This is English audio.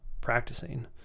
practicing